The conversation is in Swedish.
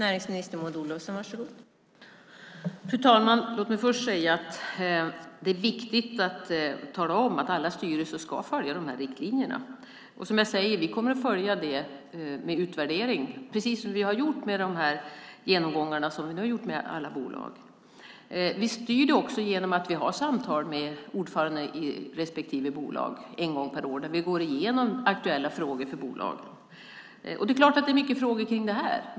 Fru talman! Låt mig först säga att det är viktigt att tala om att alla styrelser ska följa de här riktlinjerna. Som jag säger kommer vi att följa det med utvärdering, precis som vi har gjort med de genomgångar som vi nu har gjort med alla bolag. Vi styr det också genom att vi har samtal med ordföranden i respektive bolag en gång per år, där vi går igenom aktuella frågor för bolagen. Det är klart att det är mycket frågor kring det här.